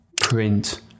print